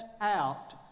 out